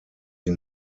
sie